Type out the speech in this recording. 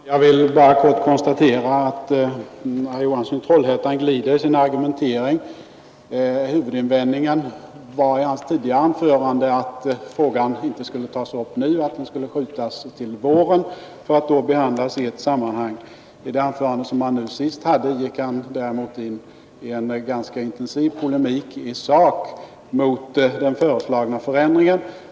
Herr talman! Jag vill bara kort konstatera att herr Johansson i Trollhättan glider i sin argumentering. Huvudinvändningen i hans tidigare anförande var att frågan inte skulle tas upp nu utan skjutas till våren för att då behandlas i ett vidare sammanhang. I det anförande herr Johansson nu senast höll gick han däremot in i en ganska intensiv polemik i sak mot den föreslagna förändringen.